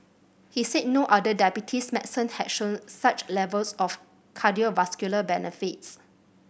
he said no other diabetes medicine had shown such levels of cardiovascular benefits